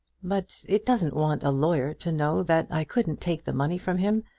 but it doesn't want a lawyer to know that i couldn't take the money from him.